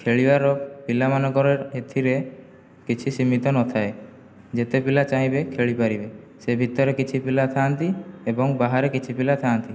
ଖେଳିବାର ପିଲାମାନଙ୍କର ଏଥିରେ କିଛି ସୀମିତ ନଥାଏ ଯେତେ ପିଲା ଚାହିଁବେ ଖେଳିପାରିବେ ସେ ଭିତରେ କିଛି ପିଲା ଥାଆନ୍ତି ଏବଂ ବାହାରେ କିଛି ପିଲା ଥାଆନ୍ତି